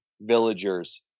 villagers